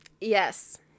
Yes